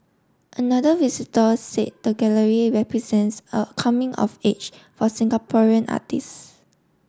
another visitor said the gallery represents a coming of age for Singaporean artists